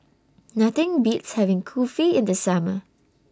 Nothing Beats having Kulfi in The Summer